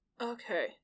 Okay